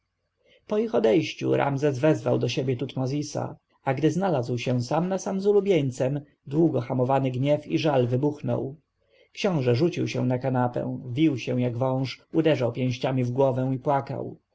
ich odejściu ramzes wezwał do siebie tutmozisa a gdy znalazł się sam na sam z ulubieńcem długo hamowany gniew i żal wybuchnął książę rzucił się na kanapę wił się jak wąż uderzał pięściami w głowę i płakał